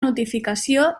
notificació